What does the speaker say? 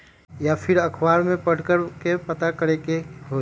या फिर अखबार में पढ़कर के पता करे के होई?